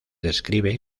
describe